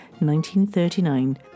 1939